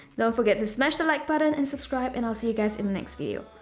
don't forget to smash the like button and subscribe and i'll see you guys in the next video.